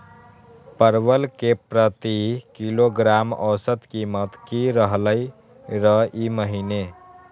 परवल के प्रति किलोग्राम औसत कीमत की रहलई र ई महीने?